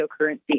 cryptocurrency